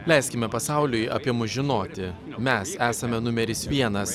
leiskime pasauliui apie mus žinoti mes esame numeris vienas